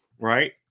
right